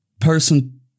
person